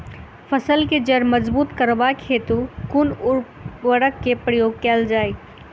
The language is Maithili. फसल केँ जड़ मजबूत करबाक हेतु कुन उर्वरक केँ प्रयोग कैल जाय?